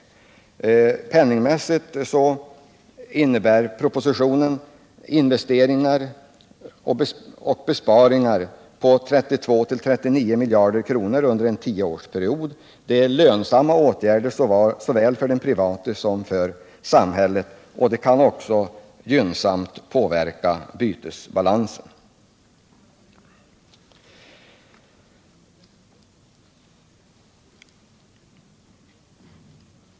I pengar räknat innebär propositionen investeringar och besparingar på 32-39 miljarder kronor under en tioårsperiod. Åtgärderna är lönsamma såväl för den enskilde som för samhället, och de kan också gynnsamt påverka bytesbalansen.